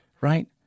right